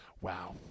Wow